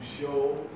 show